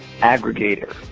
aggregator